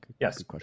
Yes